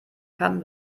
kann